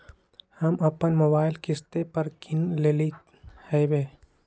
हम अप्पन मोबाइल किस्ते पर किन लेलियइ ह्बे